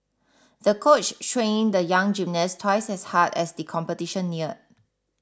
the coach trained the young gymnast twice as hard as the competition neared